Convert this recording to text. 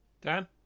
Dan